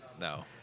No